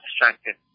distracted